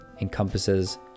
encompasses